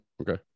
Okay